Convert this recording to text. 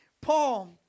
paul